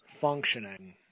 functioning